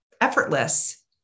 effortless